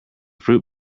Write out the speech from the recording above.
fruit